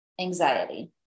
anxiety